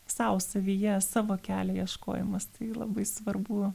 sau savyje savo kelio ieškojimas tai labai svarbu